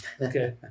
Okay